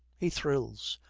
he thrills.